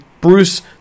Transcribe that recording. Bruce